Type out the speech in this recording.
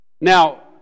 Now